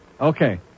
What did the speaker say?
Okay